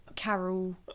Carol